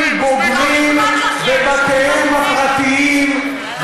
אנחנו עוסקים באנשים בוגרים בבתיהם הפרטיים,